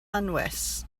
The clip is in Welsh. anwes